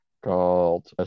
called